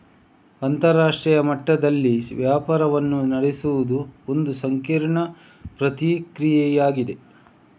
ಅಂತರರಾಷ್ಟ್ರೀಯ ಮಟ್ಟದಲ್ಲಿ ವ್ಯಾಪಾರವನ್ನು ನಡೆಸುವುದು ಒಂದು ಸಂಕೀರ್ಣ ಪ್ರಕ್ರಿಯೆಯಾಗಿದೆ